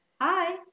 Hi